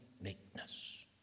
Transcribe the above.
meekness